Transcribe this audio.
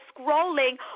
scrolling